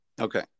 Okay